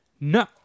No